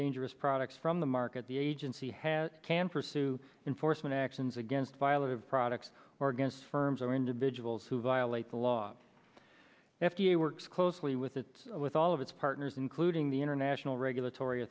dangerous products from the market the agency has can pursue enforcement actions against violent products or against firms or individuals who violate the law f d a works closely with its with all of its partners including the international regulatory